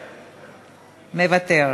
מוותר.